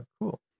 cool